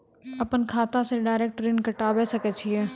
अपन खाता से डायरेक्ट ऋण कटबे सके छियै?